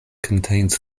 contains